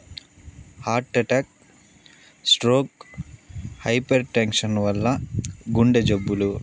heart attack stroke hypertension వల్ల గుండె జబ్బులు